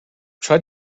try